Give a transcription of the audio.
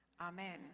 Amen